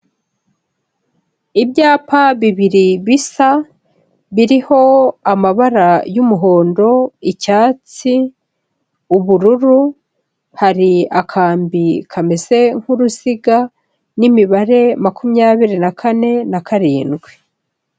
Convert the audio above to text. Ibyapa bibiri bisa biriho amabara y'umuhondo, icyatsi, ubururu, hari akambi kameze nk'uruziga n'imibare makumyabiri na kane na karindwi.